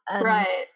right